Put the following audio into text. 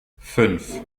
fünf